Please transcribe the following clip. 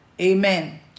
Amen